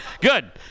Good